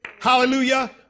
Hallelujah